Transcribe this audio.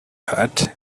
hat